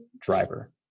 driver